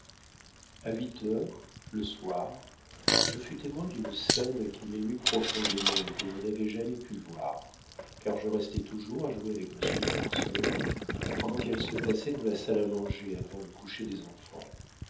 a huit heures le soir je fus témoin d'une scène qui m'émut profondément et que je n'avais jamais pu voir car je restais toujours à jouer avec monsieur de mortsauf pendant qu'elle se passait dans la salle à manger avant le coucher des enfants